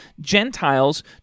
Gentiles